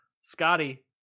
scotty